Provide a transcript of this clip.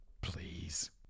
please